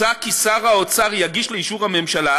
מוצע כי שר האוצר יגיש לאישור הממשלה,